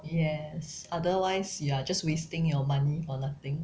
yes otherwise you are just wasting your money for nothing